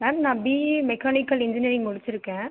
ma'am நான் BE mechanical engineering முடிச்சிருக்கேன்